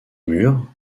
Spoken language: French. murs